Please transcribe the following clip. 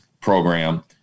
program